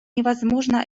невозможно